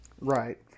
Right